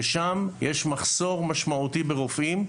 ושם יש מחסור משמעותי ברופאים,